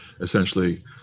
essentially